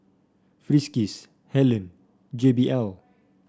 Friskies Helen J B L